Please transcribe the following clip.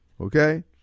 Okay